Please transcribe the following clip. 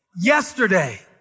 yesterday